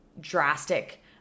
drastic